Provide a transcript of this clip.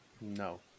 No